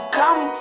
come